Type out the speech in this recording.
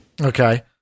Okay